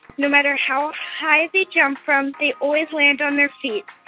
no matter how high they jump from, they always land on their feet.